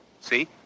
See